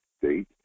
state